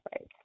right